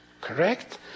correct